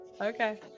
Okay